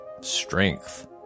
Strength